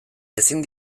ezin